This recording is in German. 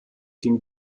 ging